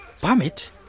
Permit